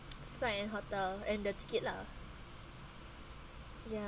flight and hotel and the ticket lah ya